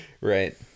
right